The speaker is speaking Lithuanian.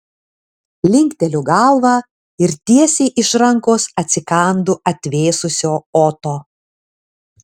linkteliu galvą ir tiesiai iš rankos atsikandu atvėsusio oto